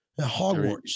Hogwarts